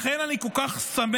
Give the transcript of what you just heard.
לכן אני כל כך שמח